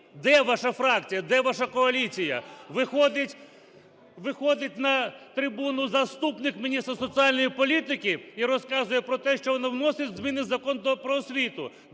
Де ваша фракція? Де ваша коаліція? Виходить на трибуну заступник міністра соціальної політики і розказує про те, що вносить зміни в Закон "Про освіту".